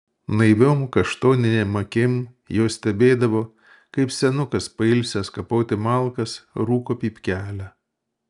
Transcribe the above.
naiviom kaštoninėm akim jos stebėdavo kaip senukas pailsęs kapoti malkas rūko pypkelę